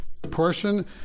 Portion